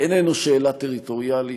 איננו על שאלה טריטוריאלית.